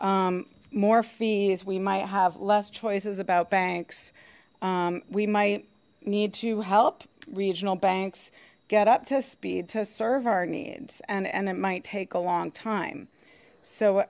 fees we might have less choices about banks we might need to help regional banks get up to speed to serve our needs and and it might take a long time so